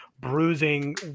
bruising